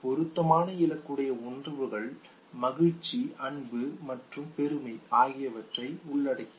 பொருத்தமான இலக்குடைய உணர்வுகள் மகிழ்ச்சி அன்பு மற்றும் பெருமை ஆகியவற்றை உள்ளடக்கியவை